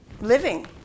living